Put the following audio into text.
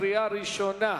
קריאה ראשונה.